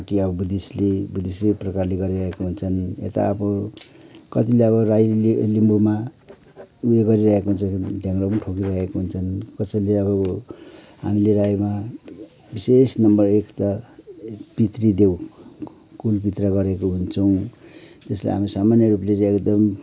पट्टि अब बुद्धिस्टले बुद्धिसै प्रकारले गरिरहेका हुन्छन् यता अब कतिले अब राई लिम्बूमा उयो गरिरहेको हुन्छ ढ्याङ्ग्रो पनि ठोकिरहेको हुन्छ कसैले अब हामीले राईमा विशेष नम्बर एक त पितृदेव कुलपित्र गरेको हुन्छौँ जसलाई हामीले सामान्य रूपमा चाहिँ एकदम